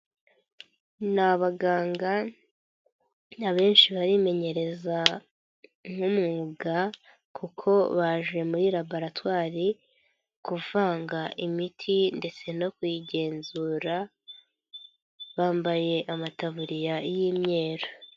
Ni abaganga nyabenshi barimenyereza nk'umwuga, kuko baje muri laboratwari kuvanga imiti ndetse no kuyigenzura bambaye amataburiya y'imyeru.